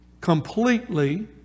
completely